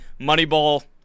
Moneyball